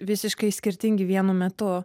visiškai skirtingi vienu metu